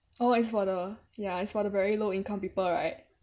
oh is for the ya is for the very low income people right